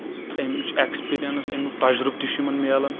اَمِچ ایکٕسپِیٖریٚنس اَمیُک تجرُبہٕ تہِ چھُ یِمن مِلان تہٕ